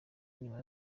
nyuma